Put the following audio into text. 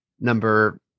number